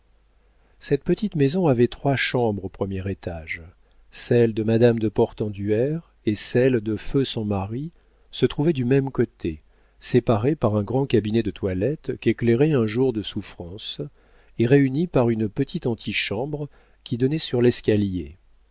cette petite maison avait trois chambres au premier étage celle de madame de portenduère et celle de feu son mari se trouvaient du même côté séparées par un grand cabinet de toilette qu'éclairait un jour de souffrance et réunies par une petite antichambre qui donnait sur l'escalier